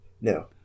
No